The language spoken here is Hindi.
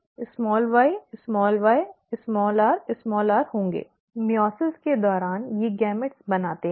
अर्धसूत्रीविभाजन के दौरान ये युग्मक बनाते हैं